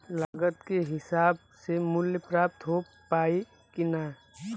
लागत के हिसाब से मूल्य प्राप्त हो पायी की ना?